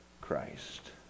Christ